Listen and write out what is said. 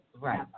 Right